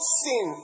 sin